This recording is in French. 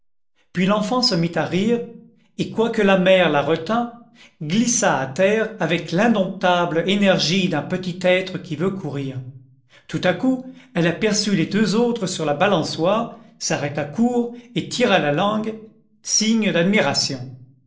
puis l'enfant se mit à rire et quoique la mère la retint glissa à terre avec l'indomptable énergie d'un petit être qui veut courir tout à coup elle aperçut les deux autres sur leur balançoire s'arrêta court et tira la langue signe d'admiration